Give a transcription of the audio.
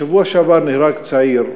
שבוע שעבר נהרג צעיר באעבלין,